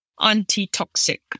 anti-toxic